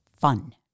fun